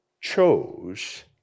chose